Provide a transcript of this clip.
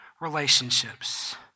relationships